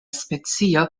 specio